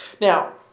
Now